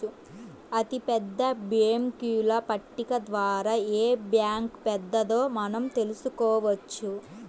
అతిపెద్ద బ్యేంకుల పట్టిక ద్వారా ఏ బ్యాంక్ పెద్దదో మనం తెలుసుకోవచ్చు